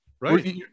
Right